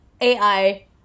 AI